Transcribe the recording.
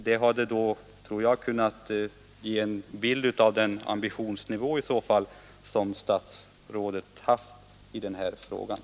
Det hade, tror jag, kunnat ge en bild av statsrådets ambitionsnivå i detta fall.